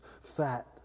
fat